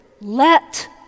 let